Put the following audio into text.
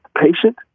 patient